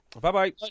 Bye-bye